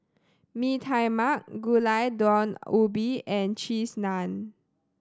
Mee Tai Mak Gulai Daun Ubi and Cheese Naan